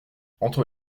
entre